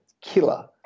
killer